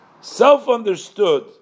Self-understood